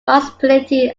possibility